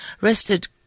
rested